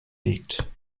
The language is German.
liegt